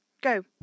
go